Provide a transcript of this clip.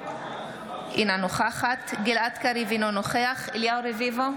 אינה נוכחת גלעד קריב, אינו נוכח אליהו רביבו,